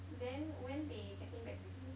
then when they getting back to you